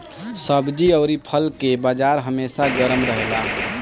सब्जी अउरी फल के बाजार हमेशा गरम रहेला